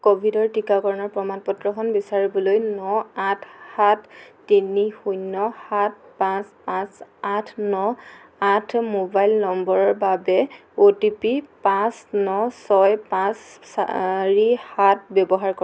ক'ভিডৰ টীকাকৰণৰ প্ৰমাণ পত্ৰখন বিচাৰিবলৈ ন আঠ সাত তিনি শূন্য সাত পাঁচ পাঁচ আঠ ন আঠ মোবাইল নম্বৰৰ বাবে অ'টিপি পাঁচ ন ছয় পাঁচ চাৰি সাত ব্যৱহাৰ কৰ